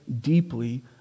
deeply